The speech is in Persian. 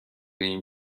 این